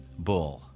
bull